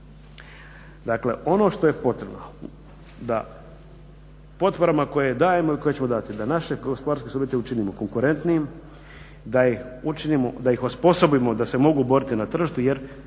Dakle, ono što je potrebno da potporama koje dajemo ili koje ćemo dati da naše subjekte učinimo konkurentnijim, da ih osposobimo da se mogu boriti na tržištu jer